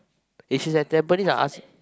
if she's at Tampines I will ask